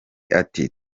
ati